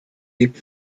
lebt